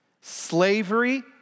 slavery